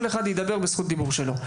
כל אחד ידבר בזכות הדיבור שלו.